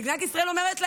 מדינת ישראל אומרת להם: